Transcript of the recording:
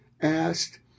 asked